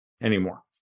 anymore